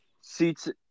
Seats